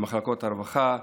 עם מחלקות הרווחה,